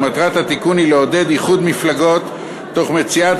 ומטרת התיקון היא לעודד איחוד מפלגות תוך מציאת